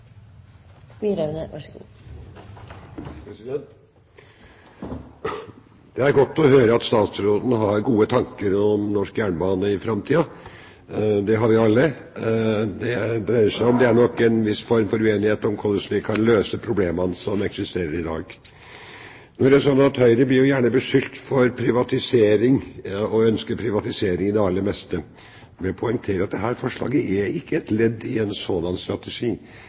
godt å høre at statsråden har gode tanker om norsk jernbane i framtiden. Det har vi alle. Men det er nok en viss form for uenighet om hvordan vi kan løse problemene som eksisterer i dag. Nå er det sånn at Høyre gjerne blir beskyldt for å ønske privatisering av det aller meste. Da vil jeg poengtere at dette forslaget ikke er et ledd i en sådan strategi,